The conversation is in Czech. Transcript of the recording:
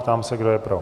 Ptám se, kdo je pro?